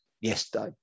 yesterday